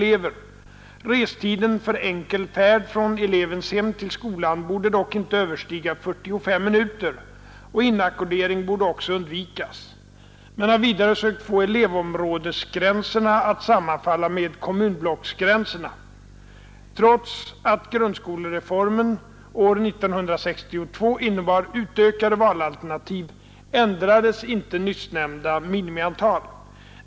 Restiden för enkel färd från elevens hem till skolan borde dock inte överstiga 45 minuter, och inackordering borde också undvikas. Man har vidare sökt få elevområdesgränserna att sammanfalla med kommunblocksgränserna. Trots att grundskolereformen år 1962 innebar utökade valalternativ, ändrades inte nyssnämnda minimiantal.